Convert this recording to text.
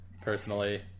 personally